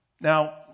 Now